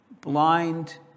blind